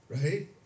Right